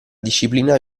disciplina